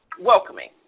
welcoming